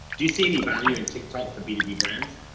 do you see any value in tiktok for bdb brands?